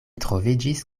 troviĝis